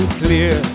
clear